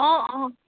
অঁ অঁ